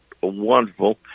wonderful